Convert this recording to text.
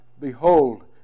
behold